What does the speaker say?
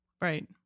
right